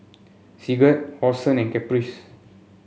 Sigurd Orson Caprice